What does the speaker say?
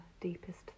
deepest